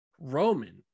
Roman